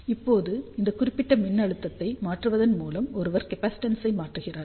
இப்போது இந்த குறிப்பிட்ட மின்னழுத்தத்தை மாற்றுவதன் மூலம் ஒருவர் கேப்பாசிட்டன்ஸ் ஐ மாற்றுகிறார்